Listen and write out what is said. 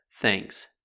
Thanks